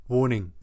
Warning